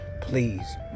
please